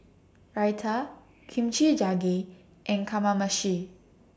Raita Kimchi Jjigae and Kamameshi